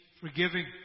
forgiving